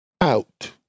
out